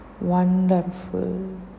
Wonderful